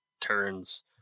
turns